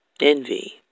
Envy